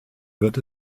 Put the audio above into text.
wird